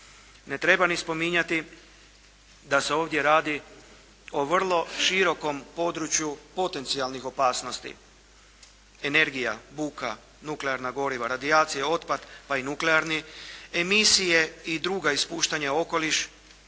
Ne treba ni spominjati da se ovdje radi o vrlo širokom području potencijalnih opasnosti, energija, buka, nuklearna goriva, radijacija, otpad pa i nuklearni, emisije i druga ispuštanja u okoliš